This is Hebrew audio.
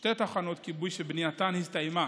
שתי תחנות כיבוי שבנייתן הסתיימה